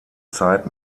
zeit